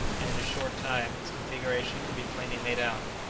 and in a short time its configuration could be plainly made out.